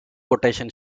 quotation